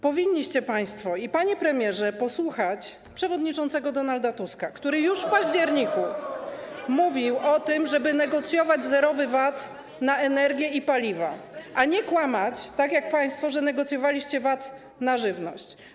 Powinniście państwo i pan, panie premierze, posłuchać przewodniczącego Donalda Tuska, [[Wesołość na sali]] który już w październiku mówił o tym, żeby negocjować zerowy VAT na energię i paliwa, a nie kłamać, tak jak państwo, że negocjowaliście VAT na żywność.